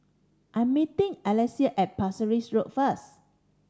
I'm meeting Alesia at Parsi Road first